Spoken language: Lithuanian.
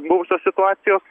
buvusios situacijos